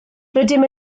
rydym